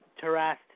Taras